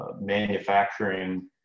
manufacturing